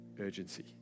urgency